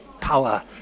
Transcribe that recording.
power